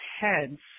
heads